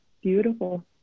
Beautiful